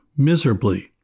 miserably